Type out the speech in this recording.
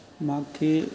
मूंखे